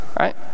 right